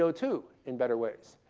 so two, in better ways.